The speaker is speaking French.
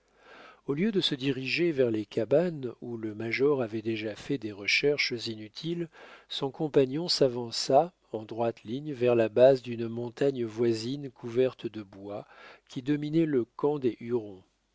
au lieu de se diriger vers les cabanes où le major avait déjà fait des recherches inutiles son compagnon s'avança en droite ligne vers la base d'une montagne voisine couverte de bois qui dominait le camp des hurons